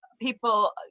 people